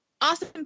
awesome